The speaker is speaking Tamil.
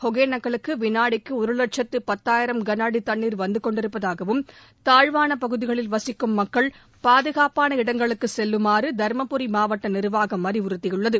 ஒகேனக்கல்லுக்கு விநாடிக்கு ஒரு தண்ணீர் கனஅட வந்தகொண்டிருப்பதாகவும் தாழ்வாள பகுதிகளில் வசிக்கும் மக்கள் பாதுகாப்பாள இடங்களுக்கு செல்லுமாறு தர்மபுரி மாவட்ட நிர்வாகம் அறிவுறுத்தியுள்ளது